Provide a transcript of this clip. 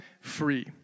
free